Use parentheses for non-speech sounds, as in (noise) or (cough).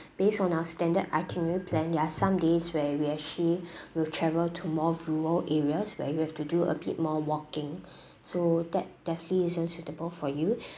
based on our standard itinerary plan there are some days where we actually (breath) will travel to more rural areas where you have to do a bit more walking (breath) so that definitely isn't suitable for you